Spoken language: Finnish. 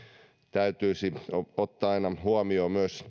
täytyisi ottaa aina huomioon myös